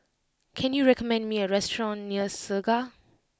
can you recommend me a restaurant near Segar